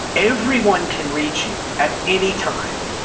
everyone can reach you at anytime.